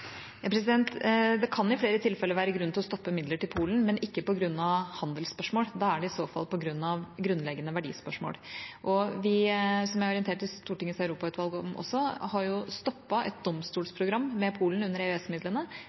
Det kan i flere tilfeller være grunn til å stoppe midler til Polen, men ikke på grunn av handelsspørsmål. Da er det i så fall på grunn av grunnleggende verdispørsmål. Som jeg også orienterte Stortingets europautvalg om, har vi stoppet et domstolprogram med Polen under